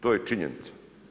To je činjenica.